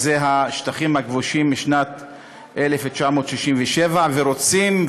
שזה השטחים הכבושים משנת 1967. ורוצים,